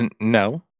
No